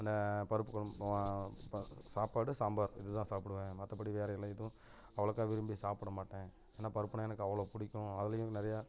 அந்த பருப்பு குழம்பு சாப்பாடு சாம்பார் இதுதான் சாப்பிடுவேன் மற்றப்படி வேறே இல்லை எதுவும் அவ்வளோக்கா விரும்பி சாப்பிடமாட்டேன் ஏன்னா பருப்புன்னால் எனக்கு அவ்வளோ பிடிக்கும் அதுலேயும் நிறைய